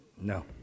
No